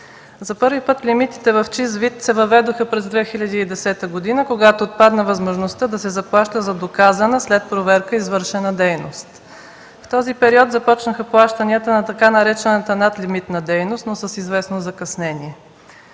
За първи път лимитите в чист вид се въведоха през 2010 г., когато отпадна възможността да се заплаща за доказана, след проверка, извършена дейност. В този период започнаха плащанията на така наречената надлимитна дейност, но с известно закъснение.